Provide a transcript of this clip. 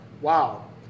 Wow